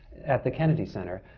at the kennedy center.